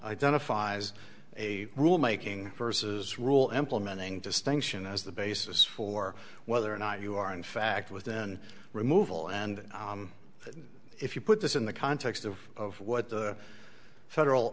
identifies a rule making versus rule implementing distinction as the basis for whether or not you are in fact within removal and if you put this in the context of what the federal